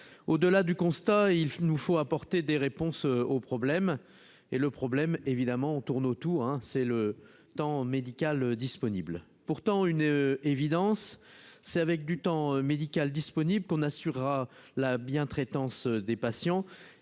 au-delà du constat, il nous faut apporter des réponses au problème et le problème, évidemment on tourne autour, hein, c'est le temps médical disponible pourtant une évidence, c'est avec du temps médical disponible qu'on assurera la bien-traitance des patients